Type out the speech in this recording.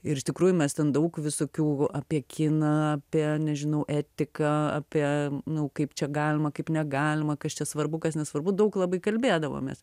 ir iš tikrųjų mes ten daug visokių apie kiną apie nežinau etiką apie nu kaip čia galima kaip negalima kas čia svarbu kas nesvarbu daug labai kalbėdavomės